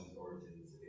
origins